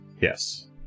yes